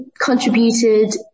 contributed